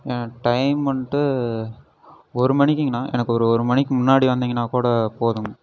time வந்துட்டு ஒரு மணிக்கங்ணா எனக்கு ஒரு ஒரு மணிக்கு முன்னாடி வந்திங்கனால் கூட போதும்